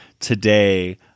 today